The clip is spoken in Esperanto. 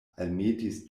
almetis